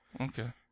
okay